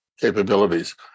capabilities